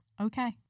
okay